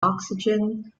oxygen